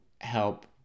help